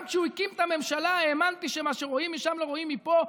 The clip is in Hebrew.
גם כשהוא הקים את הממשלה האמנתי שמה שרואים משם לא רואים מפה,